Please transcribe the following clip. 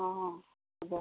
অঁ অঁ হ'ব